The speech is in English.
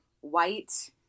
white